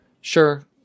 Sure